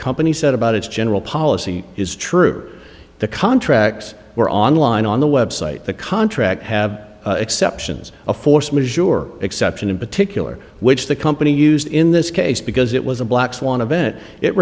company said about its general policy is true the contracts were online on the website the contract have exceptions a forced mature exception in particular which the company used in this case because it was a black swan event it